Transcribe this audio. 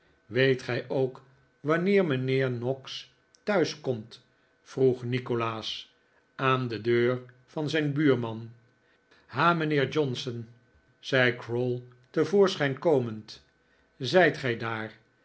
weet gij ook wanneer mijnheer noggs thuis komt vroeg nikolaas aan de deur van zijn buurman ha mijnheer johnson zei cro'wl te voorschijn komend zijt gij daar